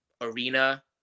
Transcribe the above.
arena